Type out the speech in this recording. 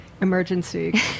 emergency